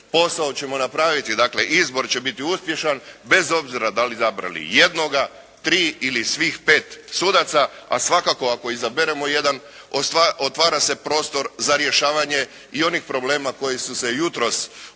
posao ćemo napraviti, dakle izbor će biti uspješan bez obzira da li izabrali jednoga, tri ili svih pet sudaca. A svakako ako izaberemo jedan otvara se prostor za rješavanje i onih problema koji su se jutros